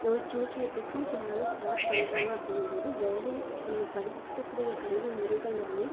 ஒரு சின்ன சின்ன பிஸ்னஸ் யாராவது ஸ்டார்ட் பண்ணுறாங்க அப்படிங்கும்போது வேலை இப்போ நம்ம படிக்கக்கூடிய கல்விமுறைகள்லேருந்தே